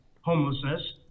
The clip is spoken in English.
homelessness